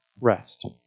rest